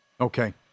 Okay